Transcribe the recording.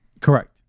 Correct